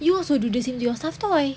you also do the same to your stuffed toy